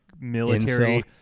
military